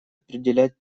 определять